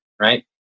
right